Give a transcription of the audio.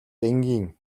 энгийн